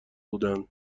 بودند